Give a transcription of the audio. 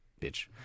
bitch